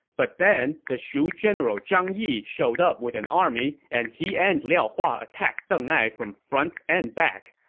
but then the shu general zhang yi showed up with an army and he and liao hua attacked deng ai from front and back.